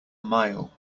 mile